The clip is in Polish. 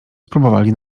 spróbowali